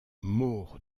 maur